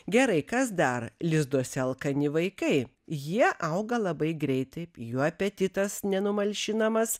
gerai kas dar lizduose alkani vaikai jie auga labai greitai jų apetitas nenumalšinamas